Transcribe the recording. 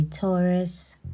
Taurus